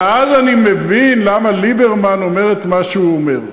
ואז אני מבין למה ליברמן אומר את מה שהוא אומר.